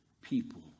people